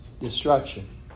Destruction